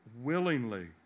willingly